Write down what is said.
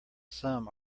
some